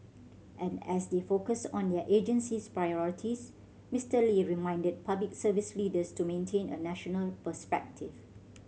and as they focus on their agency's priorities Mister Lee reminded Public Service leaders to maintain a national perspective